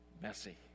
messy